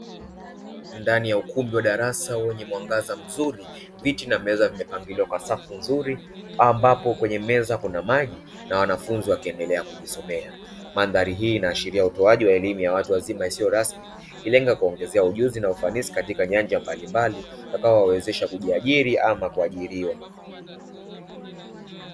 Ndani ya ukumbi wa darasa wenye mwangaza mzuri viti na meza vimepangiliwa kwa safu nzuri ambapo kwenye meza kuna maji na wanafunzi wakiendelea kujisomea. Mandhari hii inaashiria utoaji wa elimu ya watu wazima isiyo rasmi ikilenga kuwaongezea ujuzi na ufanisi katika nyanja mbalimbali utakaowawezesha kujiajiri ama kuajiriwa.